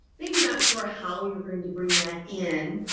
maybe not sure how you're going to bring that in.